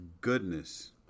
Goodness